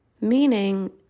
meaning